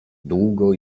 długo